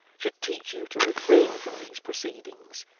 should teach you to refrain from these proceedings.